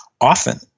often